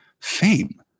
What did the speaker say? fame